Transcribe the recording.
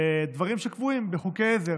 דברים שקבועים בחוקי עזר.